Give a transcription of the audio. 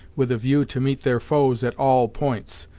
with a view to meet their foes at all points,